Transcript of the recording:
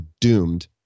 doomed